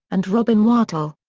and robin wertle.